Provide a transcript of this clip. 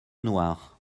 noire